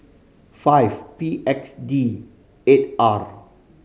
five P X D eight R